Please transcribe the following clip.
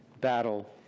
battle